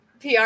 PR